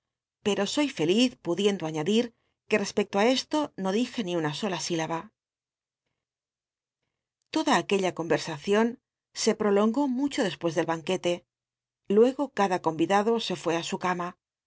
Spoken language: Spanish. peo soy feliz pudiendo aiiadi crue cspecto i esto no dije ni una sola silaba toda aquella conye mcion se prolongó mucho despues del banquete luego cada conyidado se fué i u ca